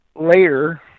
later